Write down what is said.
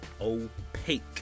Opaque